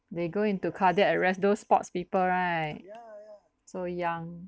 they go into cardiac arrest those sports people right so young